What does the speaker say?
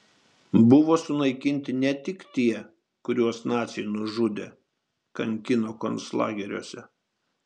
buvo sunaikinti ne tik tie kuriuos naciai nužudė kankino konclageriuose